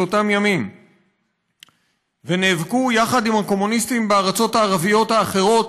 אותם ימים ונאבקו יחד עם הקומוניסטים בארצות הערביות האחרות